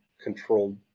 control